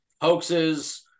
hoaxes